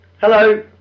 Hello